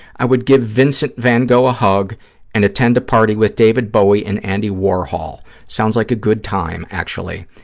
i would give vincent van gogh a hug and attend a party with david bowie and andy warhol. sounds like a good time, actually.